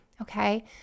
okay